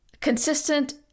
consistent